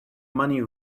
money